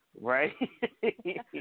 Right